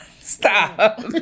Stop